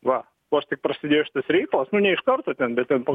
va vos tik prasidėjo šitas reikalas nu ne iš karto bet ten po